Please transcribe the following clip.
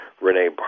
Renee